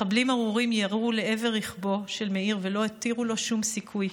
מחבלים ארורים ירו לעבר רכבו של מאיר ולא הותירו לו שום סיכוי.